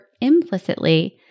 implicitly